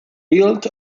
built